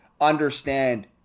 understand